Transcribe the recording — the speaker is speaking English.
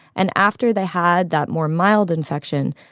and after they had that more mild infection,